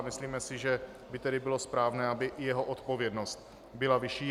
Myslíme si, že by tedy bylo správné, aby i jeho odpovědnost byla vyšší.